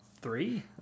three